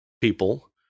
people